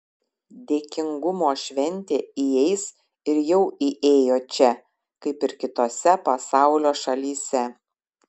dėkingumo šventė įeis ir jau įėjo čia kaip ir kitose pasaulio šalyse